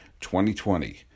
2020